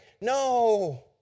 No